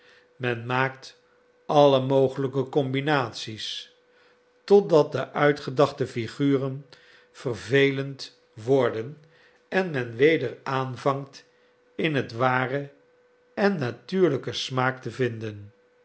men maakt alle mogelijke combinaties totdat de uitgedachte figuren vervelend worden en men weder aanvangt in het ware en natuurlijke smaak te vinden